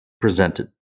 presented